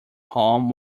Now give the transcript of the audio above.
home